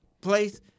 place